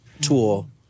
tool